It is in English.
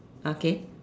okay